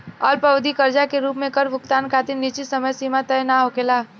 अल्पअवधि कर्जा के रूप में कर भुगतान खातिर निश्चित समय सीमा तय ना होखेला